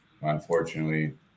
unfortunately